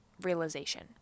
realization